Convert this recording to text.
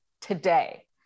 today